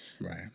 Right